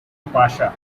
pasha